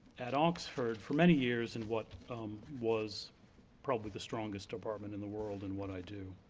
at oxford for many years in what was probably the strongest department in the world in what i do.